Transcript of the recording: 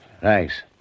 Thanks